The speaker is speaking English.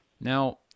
Now